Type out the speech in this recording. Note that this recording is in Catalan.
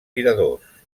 tiradors